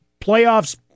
Playoffs